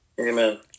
Amen